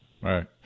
Right